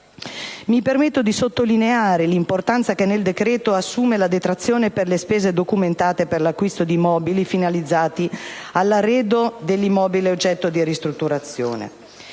Mi permetto di sottolineare l'importanza che nel decreto assume la detrazione per le spese documentate per l'acquisto di mobili finalizzati all'arredo dell'immobile oggetto di ristrutturazione.